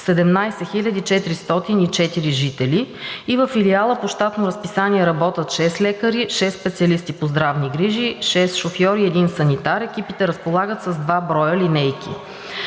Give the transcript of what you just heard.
17 404 жители. Във Филиала по щатно разписание работят шестима лекари, шестима специалисти по здравни грижи, шестима шофьори и един санитар. Екипите разполагат с два броя линейки.